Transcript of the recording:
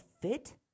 fit